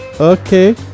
Okay